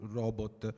robot